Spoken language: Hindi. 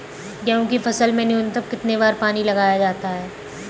गेहूँ की फसल में न्यूनतम कितने बार पानी लगाया जाता है?